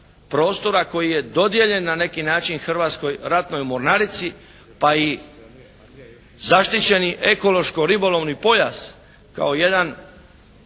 prostora koji je dodijeljen na neki način Hrvatskoj ratnoj mornarici pa i zaštićeni ekološki ribolovni pojas kao jedan